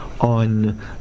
on